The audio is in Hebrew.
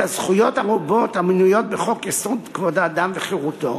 את הזכויות הרבות המנויות בחוק-יסוד: כבוד האדם וחירותו